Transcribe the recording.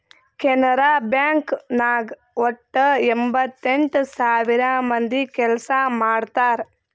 Canara bank ನಾಗ್ ವಟ್ಟ ಎಂಭತ್ತೆಂಟ್ ಸಾವಿರ ಮಂದಿ ಕೆಲ್ಸಾ ಮಾಡ್ತಾರ್